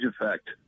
effect